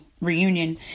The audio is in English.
reunion